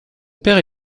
père